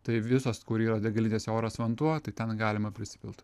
tai visos kur yra degalinėse oras vanduo tai ten galima prisipilt